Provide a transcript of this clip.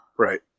Right